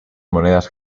monedas